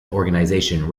organization